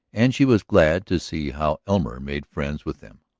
and she was glad to see how elmer made friends with them,